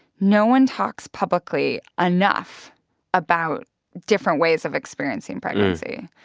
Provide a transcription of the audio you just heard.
no one talks publicly enough about different ways of experiencing pregnancy.